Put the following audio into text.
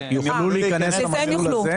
יוכלו להיכנס למסלול הזה?